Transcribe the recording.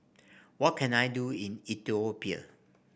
what can I do in Ethiopia